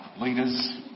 leaders